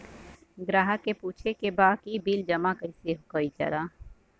ग्राहक के पूछे के बा की बिल जमा कैसे कईल जाला?